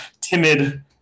timid